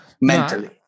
mentally